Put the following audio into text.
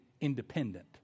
independent